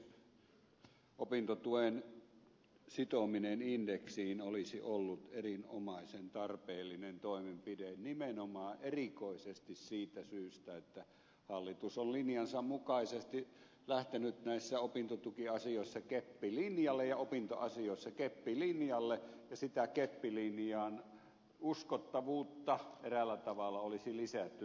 opintotuen sitominen indeksiin olisi ollut erinomaisen tarpeellinen toimenpide nimenomaan erikoisesti siitä syystä että hallitus on linjansa mukaisesti lähtenyt näissä opintotukiasioissa keppilinjalle ja opintoasioissa keppilinjalle ja sitä keppilinjan uskottavuutta olisi eräällä tavalla lisätty tällä